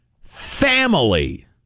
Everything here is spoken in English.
family